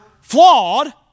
flawed